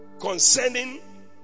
Concerning